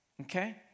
Okay